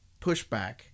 pushback